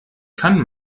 kann